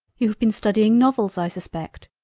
you have been studying novels i suspect.